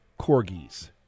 corgis